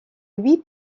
huit